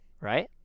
right